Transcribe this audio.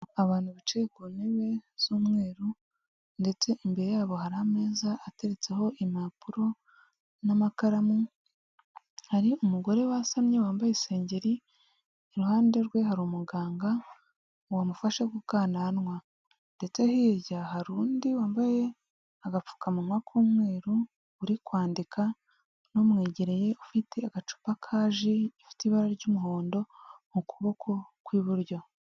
Abantu bicaye ku ntebe z'umweru, ndetse imbere yabo hari ameza ateretseho impapuro, n'amakaramu, hari umugore wasamye wambaye isengeri, iruhande rwe hari umuganga wamufashe gukananwa, ndetse hirya hari undi wambaye agapfukamunwa k'umweru, uri kwandika, n'umwegereye ufite agacupa ka ji ifite ibara ry'umuhondo, mu kuboko kw'iburyo.